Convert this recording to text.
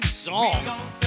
Song